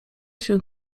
się